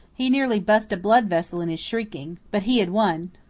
he nearly bust a blood-vessel in his shrieking, but he had won.